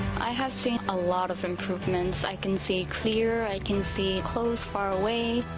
i have seen a lot of improvements, i can see clear. i can see close, far away.